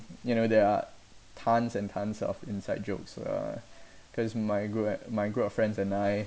you know there are tons and tons of inside jokes uh cause my group ac~ my group of friends and I